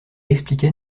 expliquait